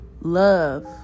Love